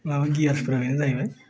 लानांगौफ्रानो जाहैबाय